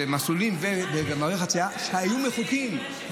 מסלולים ומעברי חציה שהיו מחוקים.